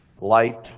light